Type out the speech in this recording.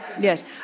Yes